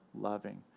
loving